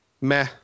meh